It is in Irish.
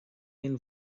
aon